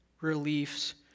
reliefs